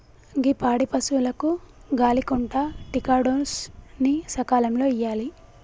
గీ పాడి పసువులకు గాలి కొంటా టికాడోస్ ని సకాలంలో ఇయ్యాలి